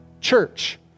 church